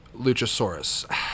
Luchasaurus